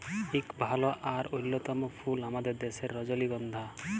ইক ভাল আর অল্যতম ফুল আমাদের দ্যাশের রজলিগল্ধা